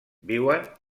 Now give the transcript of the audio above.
viuen